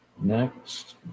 next